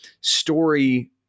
story